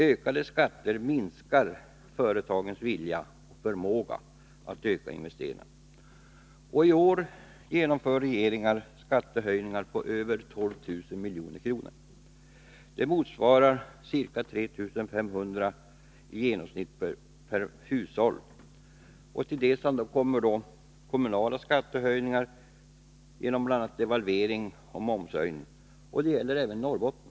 Ökade skatter minskar företagens vilja och förmåga att öka investeringarna. I år genomför regeringen skattehöjningar på över 12 000 milj.kr. Det motsvarar ca 3 500 kr. i genomsnitt per hushåll. Till detta skall läggas de kommunala skattehöjningar som följer av devalveringen, momshöjningen m.m. Detta gäller även i Norrbotten.